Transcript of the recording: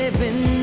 ah been